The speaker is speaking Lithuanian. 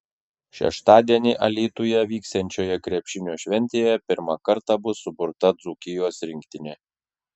šeštadienį alytuje vyksiančioje krepšinio šventėje pirmą kartą bus suburta dzūkijos rinktinė